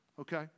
okay